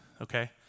okay